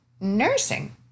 nursing